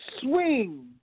swing